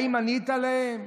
האם ענית להם?